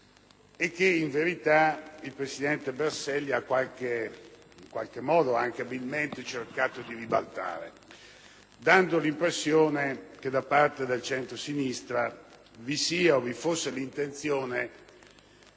che, in verità, il presidente Berselli, anche abilmente, ha cercato di ribaltare, dando l'impressione che da parte del centrosinistra vi sia o vi fosse l'intenzione